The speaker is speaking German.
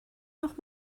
noch